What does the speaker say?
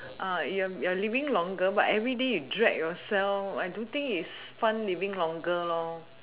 ya your living longer but everyday you drag yourself I don't think it's fun living longer